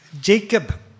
Jacob